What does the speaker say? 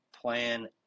plan